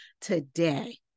today